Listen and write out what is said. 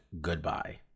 goodbye